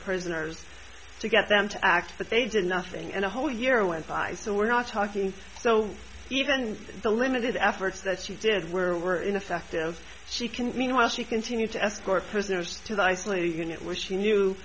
prisoners to get them to act but they did nothing and a whole year went by so we're not talking so even the limited efforts that she did were ineffective she can meanwhile she continued to escort prisoners to the isolated unit where she knew